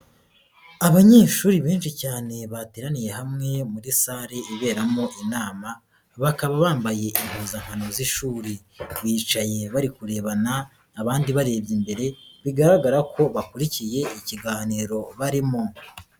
abanyeshuri benshi cyane bateraniye hamwe muri sare iberamo inama bakaba bambaye impuzankano z'ishuri, bicaye bari kurebana abandi barebye imbere bigaragara ko bakurikiye ikiganiro barimo.